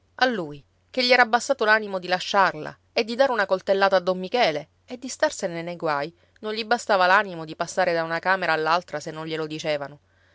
a lui che gli era bastato l'animo di lasciarla e di dare una coltellata a don michele e di starsene nei guai non gli bastava l'animo di passare da una camera all'altra se non glielo dicevano